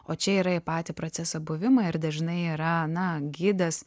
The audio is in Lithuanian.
o čia yra į patį procesą buvimą ir dažnai yra na gidas